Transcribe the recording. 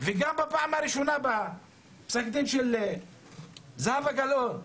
וגם בפעם הראשונה, בפסק הדין של זהבה גלאון,